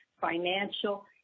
financial